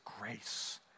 grace